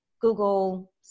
Google